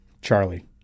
Charlie